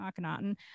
Akhenaten